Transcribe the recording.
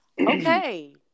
okay